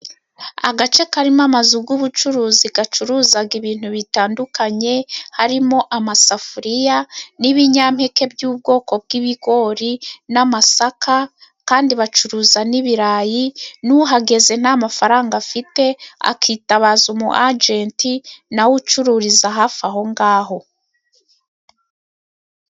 Agace karimo amazu g'ubucuruzi gacuruzaga ibintu bitandukanye, harimo amasafuriya n'ibinyampeke by'ubwoko bw'ibigori n'amasaka, kandi bacuruza n'ibirayi n'uhageze nta mafaranga afite akitabaza umu ajenti, nawe ucururiza hafi aho ngaho.